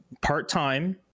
part-time